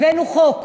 הבאנו חוק,